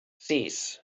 sis